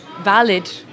valid